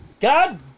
God